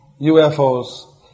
UFOs